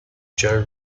joe